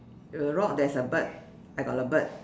you rock there's a bird I got a bird